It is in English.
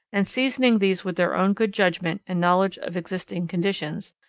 and seasoning these with their own good judgment and knowledge of existing conditions,